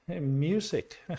music